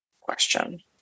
question